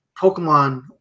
Pokemon